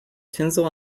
tinsel